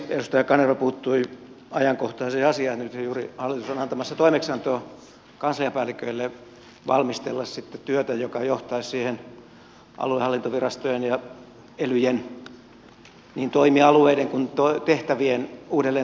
edustaja kanerva puuttui ajankohtaiseen asiaan eli nythän juuri hallitus on antamassa toimeksiantoa kansliapäälliköille valmistella sitten työtä joka johtaisi siihen aluehallintovirastojen ja elyjen niin toimialueiden kuin tehtävien uudelleentarkasteluun